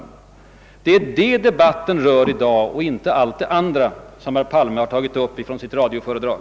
Det är detta debatten rör sig om i dag och inte om allt det som herr Palme tagit upp från sitt radioföredrag.